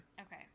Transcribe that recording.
Okay